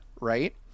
right